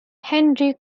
henry